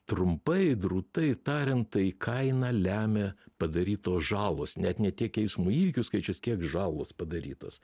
trumpai drūtai tariant tai kainą lemia padarytos žalos net ne tiek eismo įvykių skaičius kiek žalos padarytos